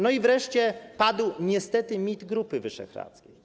No i wreszcie padł niestety mit Grupy Wyszehradzkiej.